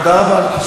תודה רבה, תודה רבה.